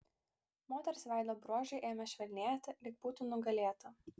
moters veido bruožai ėmė švelnėti lyg būtų nugalėta